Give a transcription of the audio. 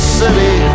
city